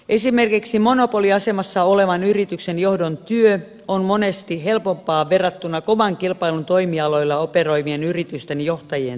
esimerkiksi monopoliasemassa olevan yrityksen johdon työ on monesti helpompaa verrattuna kovan kilpailun toimialoilla operoivien yritysten johtajien työhön